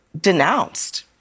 denounced